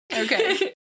Okay